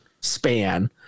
span